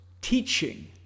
teaching